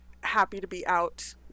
happy-to-be-out